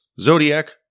Zodiac